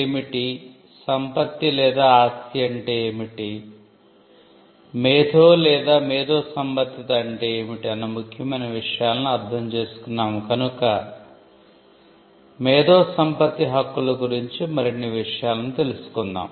ఏమిటి 'సంపత్తి లేదా ఆస్తి' అంటే ఏమిటి 'మేధో లేదా మేధో సంబంధిత' అంటే ఏమిటి అన్న ముఖ్యమైన విషయాలను అర్ధం చేసుకున్నాం కనుక మేధోసంపత్తి హక్కుల గురించి మరిన్ని విషయాలను తెలుసుకుందాం